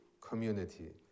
community